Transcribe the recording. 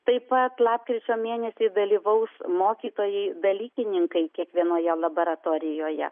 taip pat lapkričio mėnesį dalyvaus mokytojai dalykininkai kiekvienoje laboratorijoje